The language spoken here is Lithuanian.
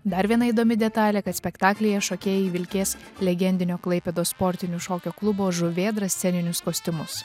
dar viena įdomi detalė kad spektaklyje šokėjai vilkės legendinio klaipėdos sportinių šokių klubo žuvėdra sceninius kostiumus